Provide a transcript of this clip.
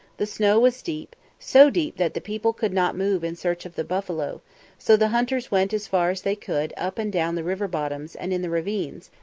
the snow was deep, so deep that the people could not move in search of the buffalo so the hunters went as far as they could up and down the river-bottoms and in the ravines,